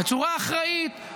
בצורה אחראית,